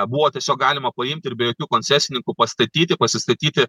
buvo tiesiog galima paimt ir be jokių koncesininkų pastatyti pasistatyti